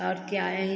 और क्या यही